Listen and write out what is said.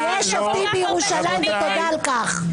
יש שופטים בירושלים, ותודה על כך.